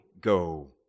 go